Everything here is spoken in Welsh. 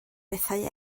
bethau